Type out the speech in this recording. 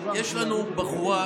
יש לנו בחורה,